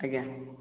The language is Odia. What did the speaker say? ଆଜ୍ଞା